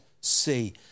see